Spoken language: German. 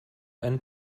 einen